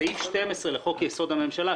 סעיף 12 לחוק-יסוד: הממשלה,